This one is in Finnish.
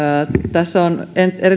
tässä on